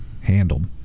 handled